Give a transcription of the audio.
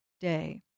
day